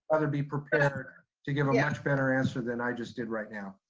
rather be prepared to give a yeah much better answer than i just did right now.